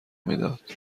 میداد